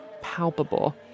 palpable